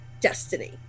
destiny